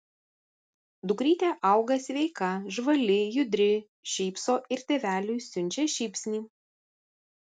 dukrytė auga sveika žvali judri šypso ir tėveliui siunčia šypsnį